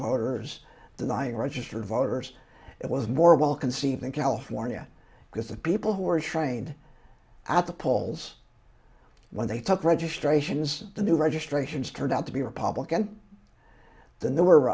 voters denying registered voters it was more well conceived in california because the people who were trained at the polls when they took registrations the new registrations turned out to be republican th